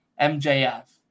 MJF